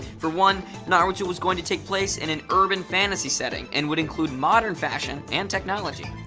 for one, naruto was going to take place in an urban fantasy setting, and would include modern fashion and technology.